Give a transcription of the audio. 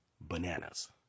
bananas